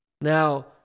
Now